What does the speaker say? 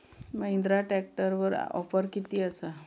महिंद्रा ट्रॅकटरवर ऑफर किती आसा?